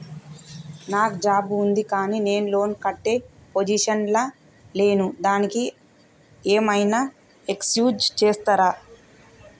నాకు జాబ్ ఉంది కానీ నేను లోన్ కట్టే పొజిషన్ లా లేను దానికి ఏం ఐనా ఎక్స్క్యూజ్ చేస్తరా?